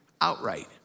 outright